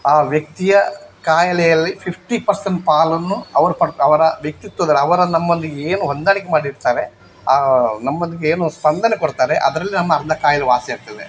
ಆ ವ್ಯಕ್ತಿಯ ಕಾಯಿಲೆಯಲ್ಲಿ ಫಿಫ್ಟಿ ಪರ್ಸೆಂಟ್ ಪಾಲನ್ನು ಅವರು ಪಡ ಅವರ ವ್ಯಕ್ತಿತ್ವಗಳ ಅವರು ನಮ್ಮೊಂದಿಗೆ ಏನು ಹೊಂದಾಣಿಕೆ ಮಾಡಿರ್ತಾರೆ ಆ ನಮ್ಮೊಂದಿಗೆ ಏನು ಸ್ಪಂದನೆ ಕೊಡ್ತಾರೆ ಅದರಲ್ಲಿ ನಮ್ಮ ಅರ್ಧ ಕಾಯಿಲೆ ವಾಸಿ ಆಗ್ತದೆ